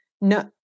no